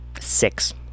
six